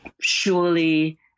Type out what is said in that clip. surely